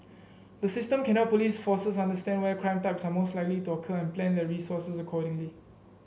the system can help police forces understand where crime types are most likely to occur and plan their resources accordingly